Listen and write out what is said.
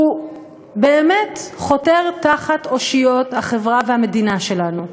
הוא באמת חותר תחת אושיות החברה והמדינה שלנו.